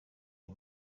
iyi